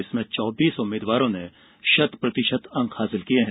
इसमें चौबीस उम्मीदवारों ने शत प्रतिशत अंक हासिल किए हैं